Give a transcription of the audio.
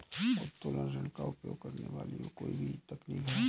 उत्तोलन ऋण का उपयोग करने वाली कोई भी तकनीक है